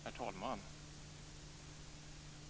Herr talman!